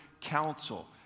counsel